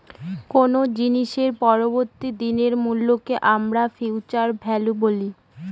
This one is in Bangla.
কোনো জিনিসের পরবর্তী দিনের মূল্যকে আমরা ফিউচার ভ্যালু বলি